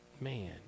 Man